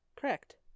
Correct